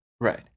Right